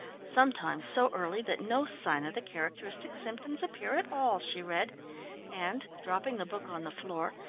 sometimes so early that no sign of the characteristic symptoms appear at all, she read and, dropping the book on the floor,